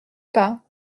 pas